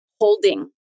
holding